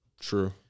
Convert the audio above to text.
True